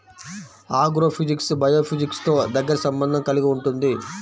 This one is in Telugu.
ఆగ్రోఫిజిక్స్ బయోఫిజిక్స్తో దగ్గరి సంబంధం కలిగి ఉంటుంది